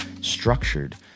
structured